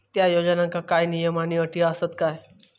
त्या योजनांका काय नियम आणि अटी आसत काय?